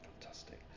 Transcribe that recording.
fantastic